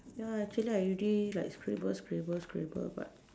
ya actually I already like scribble scribble scribble but